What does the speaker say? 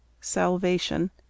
Salvation